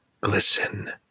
Glisten